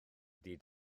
ydy